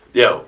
yo